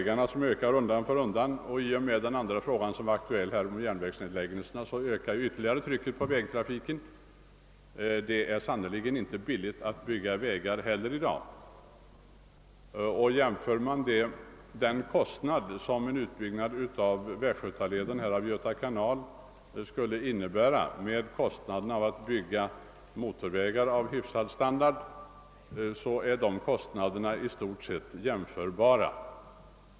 Genom den undan för undan ökande trafiken på vägarna, vartill de aktualiserade järnvägsnedläggelserna bidrar, förstärks trycket ytterligare på vägarna. Det är sannerligen inte heller billigt att bygga vägar i dag. Jämför man den aktuella siffran för kostnaden för en utbyggnad av västgötalinjen av Göta kanal med kostnaden för att bygga en motorväg med hygglig standard finner man, att dessa i stort sett är jämförbara.